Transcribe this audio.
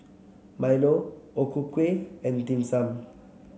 Milo O Ku Kueh and Dim Sum